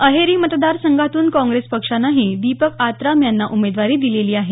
अहेरी मतदार संघातून काँग्रेस पक्षानेही दीपक आत्राम यांना उमेदवारी दिलेली आहे